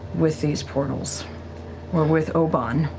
with these portals or with obann.